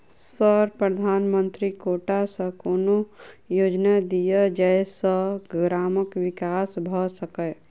Sir प्रधानमंत्री quota सऽ कोनो योजना दिय जै सऽ ग्रामक विकास भऽ सकै?